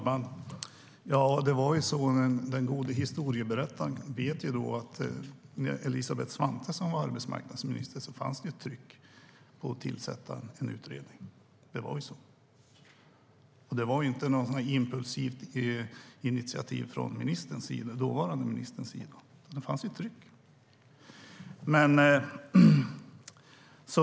Herr talman! Den gode historieberättaren vet att när Elisabeth Svantesson var arbetsmarknadsminister fanns ett tryck på att tillsätta en utredning. Det var inte något impulsivt initiativ från dåvarande ministerns sida. Det fanns ett tryck.